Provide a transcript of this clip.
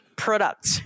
product